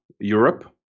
Europe